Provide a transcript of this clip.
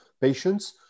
patients